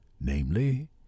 namely